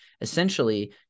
essentially